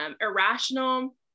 irrational